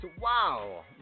Wow